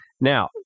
now